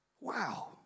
Wow